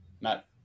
Matt